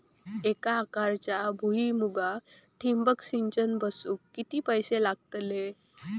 एक एकरच्या भुईमुगाक ठिबक सिंचन बसवूक किती पैशे लागतले?